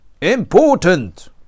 important